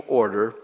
order